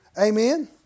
Amen